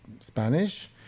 Spanish